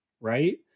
right